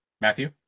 Matthew